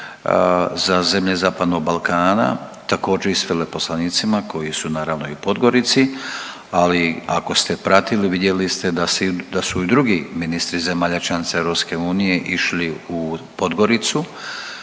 za zemlje zapadnog Balkana, također i s veleposlanicima koji su naravno i u Podgorici, ali ako ste pratili, vidjeli ste da su i drugi ministri zemalja članice EU išli u Podgoricu,